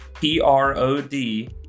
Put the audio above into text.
p-r-o-d